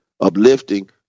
uplifting